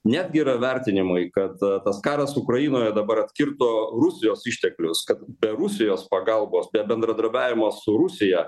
netgi yra vertinimui kad tas karas ukrainoje dabar atkirto rusijos išteklius kad be rusijos pagalbos be bendradarbiavimo su rusija